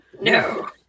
No